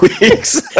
weeks